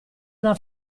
una